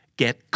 get